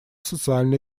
социально